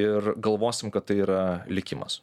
ir galvosim kad tai yra likimas